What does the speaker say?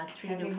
having